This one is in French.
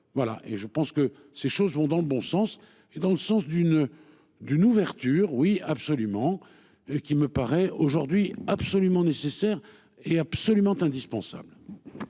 Voilà et je pense que ces choses vont dans le bon sens et dans le sens d'une d'une ouverture. Oui absolument et qui me paraît aujourd'hui absolument nécessaire est absolument indispensable.